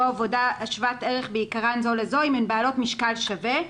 עבודה שוות ערך בעיקרה זו לזו אם הן בעלות משקל שווה,